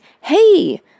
hey